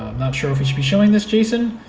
not sure if we should be showing this, jason,